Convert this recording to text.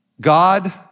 God